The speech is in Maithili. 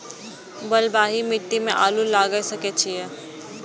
बलवाही मिट्टी में आलू लागय सके छीये?